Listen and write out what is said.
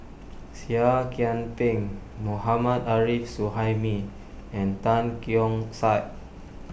Seah Kian Peng Mohammad Arif Suhaimi and Tan Keong Saik